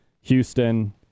Houston